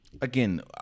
Again